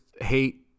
hate